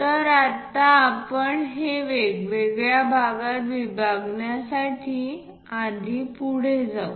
तर आत्ता आपण हे वेगवेगळ्या भागात विभागण्यासाठी आधी पुढे जाऊ